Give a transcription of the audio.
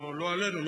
לא עלינו,